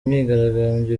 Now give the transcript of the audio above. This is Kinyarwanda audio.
imyigaragambyo